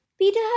peter